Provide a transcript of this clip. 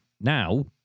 now